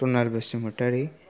Danal Basumatary